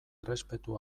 errespetu